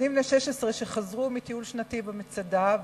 ילדים בני 16 שחזרו מטיול שנתי במצדה,